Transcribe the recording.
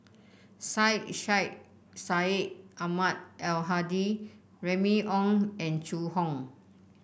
Syed Sheikh Syed Ahmad Al Hadi Remy Ong and Zhu Hong